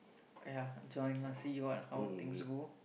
!aiya! join lah see what how things go